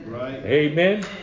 Amen